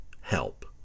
help